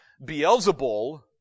Beelzebul